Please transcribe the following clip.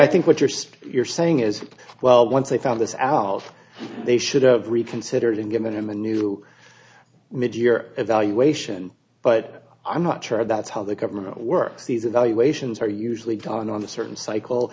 i think what you're saying you're saying is well once they found this out they should have reconsidered and given him a new mid year evaluation but i'm not sure that's how the government works these evaluations are usually done on the certain cycle